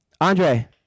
Andre